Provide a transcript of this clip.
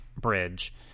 bridge